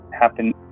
happen